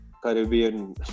Caribbean